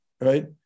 Right